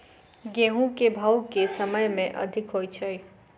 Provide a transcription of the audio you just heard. गेंहूँ केँ भाउ केँ समय मे अधिक होइ छै?